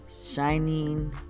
Shining